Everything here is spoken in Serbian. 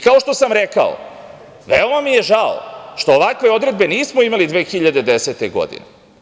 Kao što sam rekao, veoma mi je žao što ovakve odredbe nismo imali 2010. godine.